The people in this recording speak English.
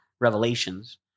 Revelations